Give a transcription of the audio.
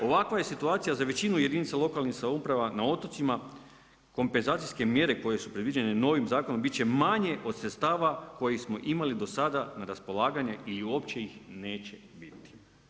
Ovakva je situacija za većinu jedinica lokalnih samouprava na otocima, kompenzacijske mjere koje su predviđene novim zakonom, bit će manje od sredstava koje smo imali do sada na raspolaganje ili uopće ih neće biti.